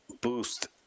boost